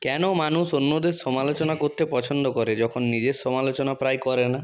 কেন মানুষ অন্যদের সমালোচনা করতে পছন্দ করে যখন নিজের সমালোচনা প্রায় করে না